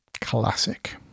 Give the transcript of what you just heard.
classic